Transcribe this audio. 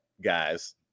guys